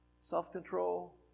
self-control